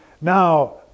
Now